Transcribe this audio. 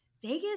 Vegas